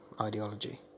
ideology